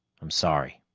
i'm sorry.